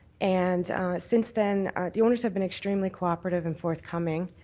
and since then the owners have been extremely cooperative and forthcoming.